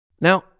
Now